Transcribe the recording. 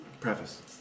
Preface